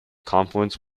confluence